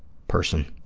person?